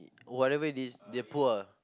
whatever it is they poor